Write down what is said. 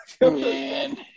Man